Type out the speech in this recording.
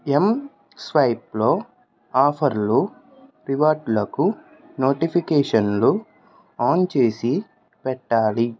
ఎంస్వైప్లో ఆఫర్లు రివార్డులకు నోటిఫికేషన్లు ఆన్చేసి పెట్టాలి